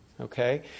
okay